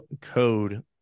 code